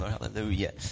Hallelujah